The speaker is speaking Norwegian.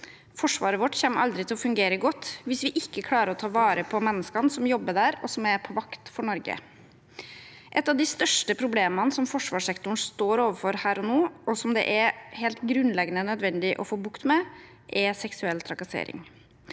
Forsvaret vårt kommer aldri til å fungere godt hvis vi ikke klarer å ta vare på menneskene som jobber der, og som er på vakt for Norge. Et av de største problemene som forsvarssektoren står overfor her og nå, og som det er helt grunnleggende nødvendig å få bukt med, er seksuell trakassering.